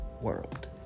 world